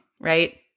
right